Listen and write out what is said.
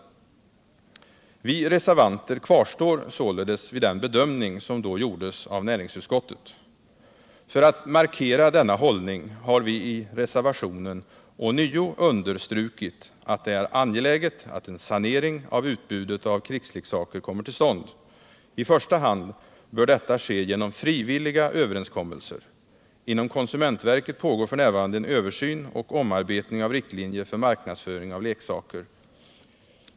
Vi reservanter kvarstår således vid den bedömning som då gjordes av näringsutskottet. För att markera denna hållning har vi i reservationen ånyo understrukit att det är angeläget att en sanering av utbudet av krigsleksaker kommer till stånd. I första hand bör detta ske genom frivilliga överenskommelser. Inom konsumentverket pågår f. n. en översyn och omarbetning av riktlinjer för marknadsföring av leksaker.